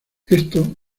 esto